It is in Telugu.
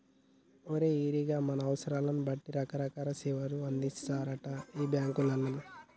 ఓరి ఈరిగా మన అవసరాలను బట్టి రకరకాల సేవలు అందిత్తారటరా ఈ బాంకోళ్లు